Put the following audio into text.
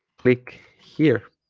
click here